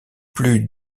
plus